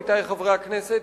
עמיתי חברי הכנסת,